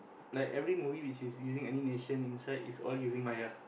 like every movie which is using animation inside it's all using Maya